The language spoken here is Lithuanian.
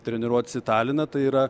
treniruotis į taliną tai yra